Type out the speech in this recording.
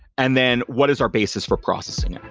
and then what is our basis for processing and